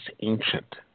ancient